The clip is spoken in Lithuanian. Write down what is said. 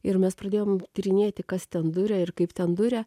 ir mes pradėjom tyrinėti kas ten duria ir kaip ten duria